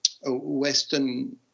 Western